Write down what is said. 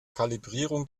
kalibrierung